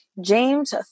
James